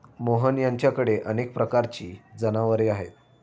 मोहन यांच्याकडे अनेक प्रकारची जनावरे आहेत